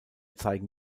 zeigen